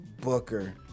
Booker